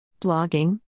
Blogging